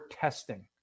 testing